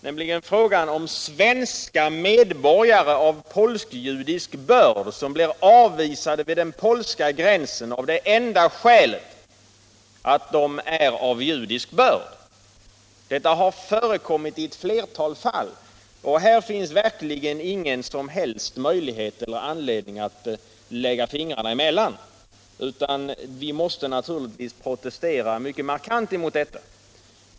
Frågan gällde svenska medborgare av polsk-judisk börd, som blir avvisade vid den polska gränsen av det enda skälet att de är av judisk börd. Detta har förekommit i ett flertal fall. Här finns verkligen ingen som helst anledning att lägga fingrarna emellan utan vi måste naturligtvis protestera mycket markant mot detta.